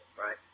right